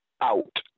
out